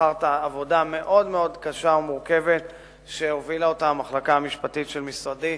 לאחר עבודה מאוד מאוד קשה ומורכבת שהובילה המחלקה המשפטית של משרדי,